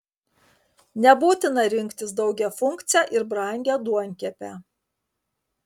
nebūtina rinktis daugiafunkcę ir brangią duonkepę